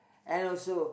and also